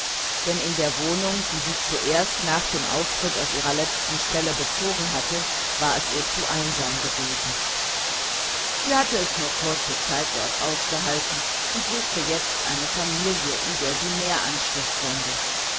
denn in der wohnung die sie zuerst nach dem austritt aus ihrer letzten stelle bezogen hatte war es ihr zu einsam gewesen sie hatte es nur kurze zeit dort ausgehalten und suchte jetzt eine familie in der sie mehr anschluß fände